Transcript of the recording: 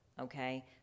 okay